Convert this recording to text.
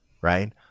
right